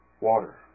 water